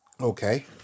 Okay